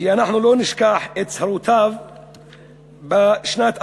כי אנחנו לא נשכח את הצהרותיו בשנת 2006,